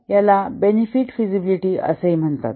याला benefit feasibility म्हणतात